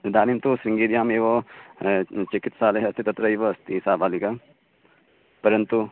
इदानीं तु शृङ्गेर्याम् एव चिकित्सालयः अस्ति तत्रैव अस्ति सा बालिका परन्तु